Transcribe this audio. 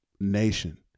nation